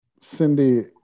Cindy